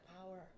power